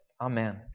Amen